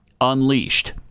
unleashed